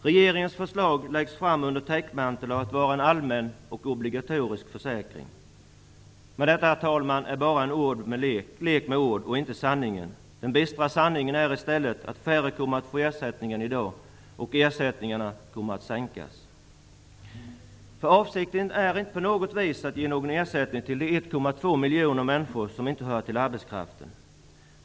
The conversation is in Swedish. Regeringens förslag läggs fram under täckmanteln av att vara ett förslag till en allmän och obligatorisk försäkring. Men det är bara en lek med ord och inte sanningen. Den bistra sanningen är i stället att färre kommer att få ersättning än i dag och att ersättningarna kommer att sänkas. Avsikten är inte på något vis att ge någon ersättning till de 1,2 miljoner människor som inte hör till arbetskraften.